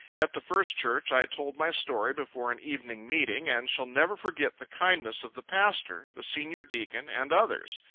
at the first church i told my story before an evening meeting, and shall never forget the kindness of the pastor, the senior deacon, and others.